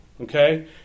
okay